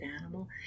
animal